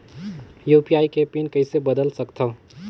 UPI के PIN कइसे बदल सकथव?